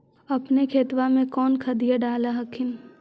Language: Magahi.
अपने खेतबा मे कौन खदिया डाल हखिन?